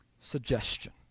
Suggestion